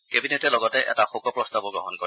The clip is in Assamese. কেবিনেটে লগতে এটা শোক প্ৰস্তাৱো গ্ৰহণ কৰে